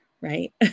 right